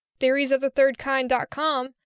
TheoriesOfTheThirdKind.com